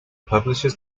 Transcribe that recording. publishers